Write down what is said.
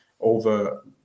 over